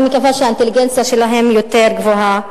אני מקווה שהאינטליגנציה שלהם יותר גבוהה.